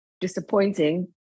disappointing